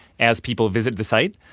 as people visit the site,